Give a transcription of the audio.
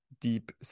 deep